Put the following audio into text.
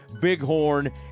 Bighorn